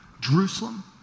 Jerusalem